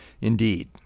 Indeed